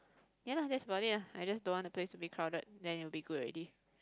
ya lah that's about it lah I just don't what the place to be crowded then you will be good already